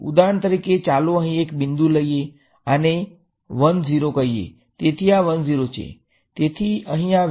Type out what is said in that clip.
ઉદાહરણ તરીકે ચાલો અહીં એક બિંદુ લઈએ આને કહીયે